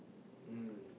mm